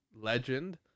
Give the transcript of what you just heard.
legend